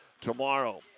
tomorrow